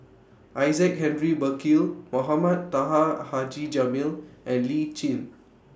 Isaac Henry Burkill Mohamed Taha Haji Jamil and Lee Tjin